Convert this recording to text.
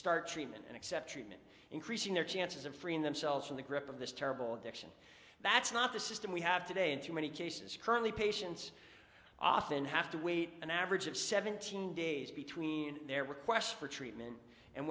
start treatment and accept treatment increasing their chances of freeing themselves from the grip of this terrible addiction that's not the system we have today in too many cases currently patients often have to wait an average of seventeen days between their requests for treatment and